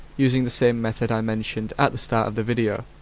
using the same method i mentioned at the start of the video.